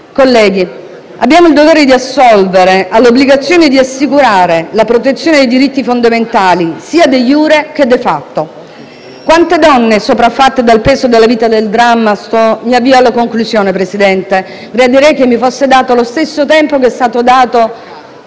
Colleghi, abbiamo il dovere di assolvere all'obbligazione di assicurare la protezione dei diritti fondamentali, sia *de iure* che *de facto*. "Quante donne sopraffatte e dal peso della vita e dal dramma della violenza, il signore le